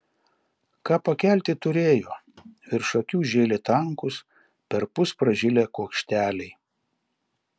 ką pakelti turėjo virš akių žėlė tankūs perpus pražilę kuokšteliai